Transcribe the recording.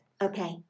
Okay